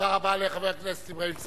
תודה רבה לחבר הכנסת אברהים צרצור,